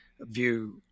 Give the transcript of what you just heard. view